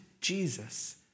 Jesus